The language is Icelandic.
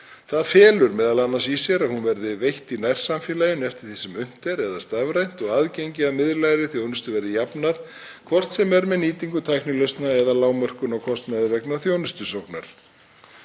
Það felur m.a. í sér að hún verði veitt í nærsamfélaginu eftir því sem unnt er eða stafrænt og aðgengi að miðlægri þjónustu verði jafnað, hvort sem er með nýtingu tæknilausna eða lágmörkun á kostnaði vegna þjónustusóknar.